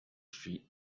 street